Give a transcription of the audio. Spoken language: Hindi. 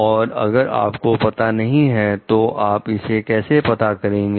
और अगर आपको पता नहीं है तो आप इसे कैसे पता करेंगे